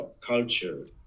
culture